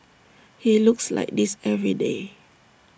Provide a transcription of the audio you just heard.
he looks like this every day